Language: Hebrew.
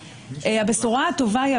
הבשורה הטובה היא,